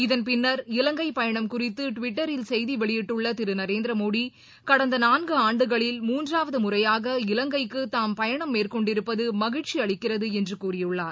இதன் பின்னர் இலங்கைபயணம் குறித்தடுவிட்டரில் செய்திவெளியிட்டுள்ளதிருநரேந்திரமோடிகடந்தநான்குஆண்டுகளில் மூன்றாவதுமுறையாக இலங்கைக்குதாம் பயணம் மேற்கொண்டிருப்பதுமகிழ்ச்சிஅளிக்கிறதுஎன்றுகூறியுள்ளார்